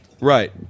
Right